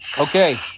Okay